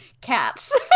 Cats